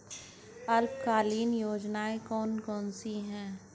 अल्पकालीन योजनाएं कौन कौन सी हैं?